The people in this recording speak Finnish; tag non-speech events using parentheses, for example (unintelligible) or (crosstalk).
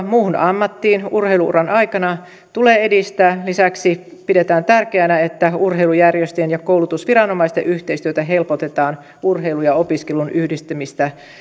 (unintelligible) muuhun ammattiin urheilu uran aikana tulee edistää lisäksi pidetään tärkeänä että urheilujärjestöjen ja koulutusviranomaisten yhteistyötä helpotetaan urheilun ja opiskelun